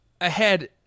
ahead